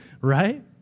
right